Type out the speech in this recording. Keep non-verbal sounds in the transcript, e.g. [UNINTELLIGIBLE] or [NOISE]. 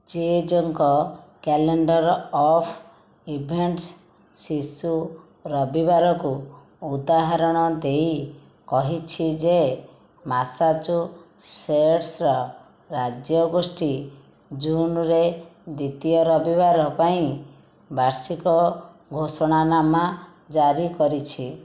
ଚେଯେଙ୍କ calendar of events ଶିଶୁ ରବିବାରକୁ ଉଦାହରଣ ଦେଇ କହିଛି ଯେ [UNINTELLIGIBLE] ର ରାଜ୍ୟ ଗୋଷ୍ଠୀ ଜୁନ୍ରେ ଦ୍ଵିତୀୟ ରବିବାର ପାଇଁ ବାର୍ଷିକ ଘୋଷଣାନାମା ଜାରି କରିଛି